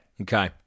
Okay